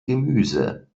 gemüse